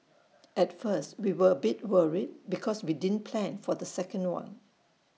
at first we were A bit worried because we didn't plan for the second one